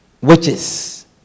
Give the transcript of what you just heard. witches